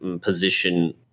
position